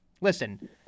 Listen